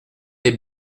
les